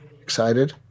Excited